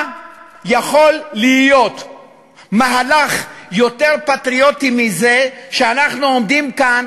מה יכול להיות מהלך יותר פטריוטי מזה שאנחנו עומדים כאן,